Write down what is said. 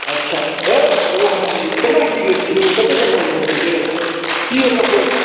अच्छा हे ओ हम कोना कि रेट छी यौ कतेक तकमे भए जएतै कि ओकर